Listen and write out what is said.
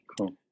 Cool